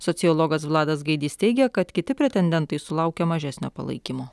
sociologas vladas gaidys teigia kad kiti pretendentai sulaukia mažesnio palaikymo